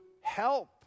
help